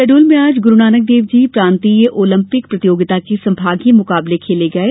शहडोल में आज गुरू नानकदेव जी प्रांतीय ओलपिंक प्रतियोगिता के संभागीय मुकाबले खेले गये